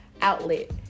outlet